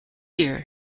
year